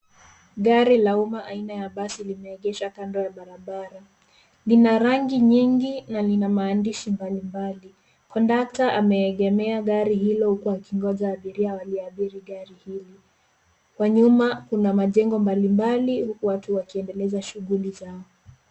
Gari ya umma aina ya basi limeegeshwa kando ya barabara. Lina rangi nyingi na lina maandishi mbalimbali. Kondakta ameegemea gari hilo huku akingoja abiria waliabiri gari hili. Kwa nyuma kuna majengo mbalimbali huku watu wakiendeleza shughuli zao.